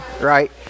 right